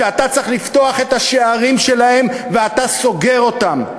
שאתה צריך לפתוח את השערים שלהן ואתה סוגר אותם?